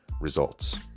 results